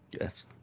Yes